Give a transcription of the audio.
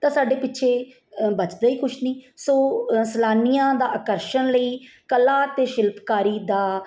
ਤਾਂ ਸਾਡੇ ਪਿੱਛੇ ਬਚਦਾ ਹੀ ਕੁਛ ਨਹੀਂ ਸੋ ਸੈਲਾਨੀਆਂ ਦਾ ਆਕਰਸ਼ਣ ਲਈ ਕਲਾ ਅਤੇ ਸ਼ਿਲਪਕਾਰੀ ਦਾ